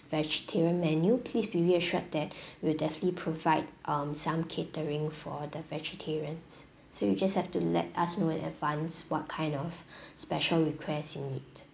vegetarian menu please be reassured that we'll definitely provide um some catering for the vegetarians so you just have to let us know in advance what kind of special requests you need